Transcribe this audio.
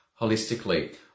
holistically